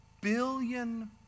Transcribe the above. billion